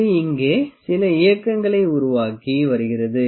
இது இங்கே சில இயக்கங்களை உருவாக்கி வருகிறது